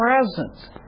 presence